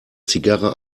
zigarre